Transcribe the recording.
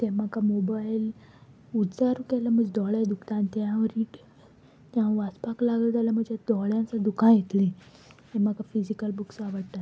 तें म्हाका मोबायल विचार केल्यार म्हजे दोळे दुखता आनी ते हांव रीड तें हांव वाचपाक लागले जाल्यार म्हज्या दोळ्यांसान दुकां येतली तें म्हाका फिजिकल बुक्स आवडटात